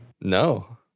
No